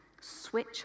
switch